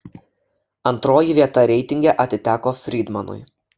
antroji vieta reitinge atiteko frydmanui